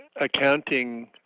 accounting